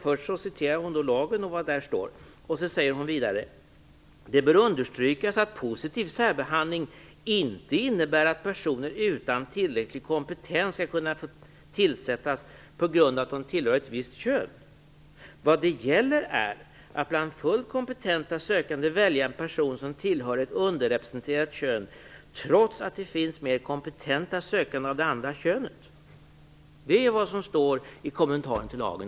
Först citerar hon lagen och vad där står, och vidare säger hon: "Det bör understrykas att positiv särbehandling inte innebär att personer utan tillräcklig kompetens skall kunna tillsättas på grund av att de tillhör ett visst kön. Vad det gäller är att bland fullt kompetenta sökande välja en person som tillhör ett underrepresenterat kön, trots att det finns mer kompetenta sökande av det andra könet." Det är vad som står i kommentaren till lagen.